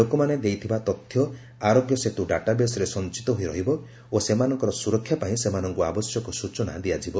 ଲୋକମାନେ ଦେଇଥିବା ତଥ୍ୟ ଆରୋଗ୍ୟ ସେତ୍ର ଡାଟାବେସ୍ରେ ସଞ୍ଚିତ ହୋଇରହିବ ଓ ସେମାନଙ୍କର ସ୍ୱରକ୍ଷାପାଇଁ ସେମାନଙ୍କ ଆବଶ୍ୟକ ସ୍ଚନା ଦିଆଯିବ